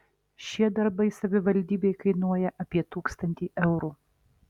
šie darbai savivaldybei kainuoja apie tūkstantį eurų